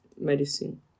medicine